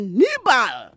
nibal